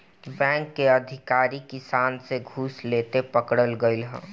bank के अधिकारी किसान से घूस लेते पकड़ल गइल ह